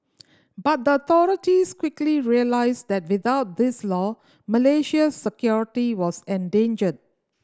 but the authorities quickly realised that without this law Malaysia's security was endangered